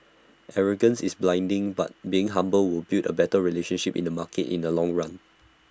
arrogance is blinding but being humble will build A better relationship in the market in the long run